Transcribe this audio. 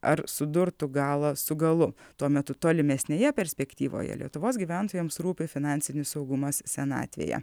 ar sudurtų galą su galu tuo metu tolimesnėje perspektyvoje lietuvos gyventojams rūpi finansinis saugumas senatvėje